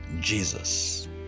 Jesus